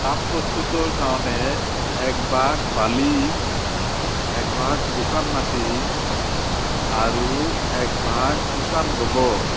tub প্ৰস্তুতৰ কাৰণে এক ভাগ বালি এক ভাগ শুকান মাটি আৰু এক ভাগ শুকান গোবৰ